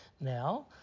now